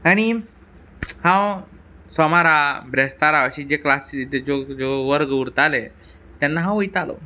आनी हांव सोमारा बेस्तारा अशी जे क्लासी ज्यो ज्यो वर्ग उरताले तेन्ना हांव वयतालों